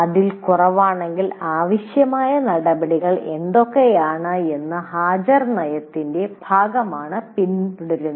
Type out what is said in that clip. അതിൽ കുറവാണെങ്കിൽ ആവശ്യമായ നടപടികൾ എന്തൊക്കെയാണ് എന്ന് ഹാജർ നയത്തിന്റെ ഭാഗമാണ് പിന്തുടരുന്നത്